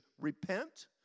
repent